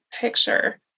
picture